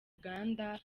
uganda